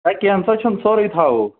ہَہ کینٛہہ ہن سا چھُنہٕ سورُے تھاوَو